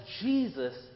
Jesus